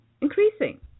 increasing